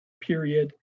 period